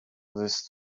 this